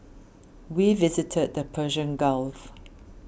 we visited the Persian Gulf